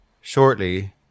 shortly